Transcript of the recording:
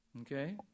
Okay